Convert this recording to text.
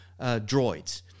droids